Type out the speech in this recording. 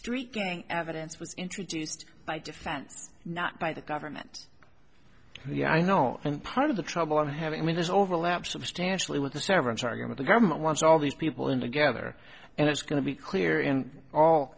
street gang evidence was introduced by defense not by the government the i know and part of the trouble of having me there's overlap substantially with the severance argument the government wants all these people in together and it's going to be clear in all